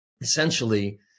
essentially